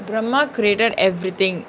brahma created everything